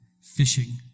fishing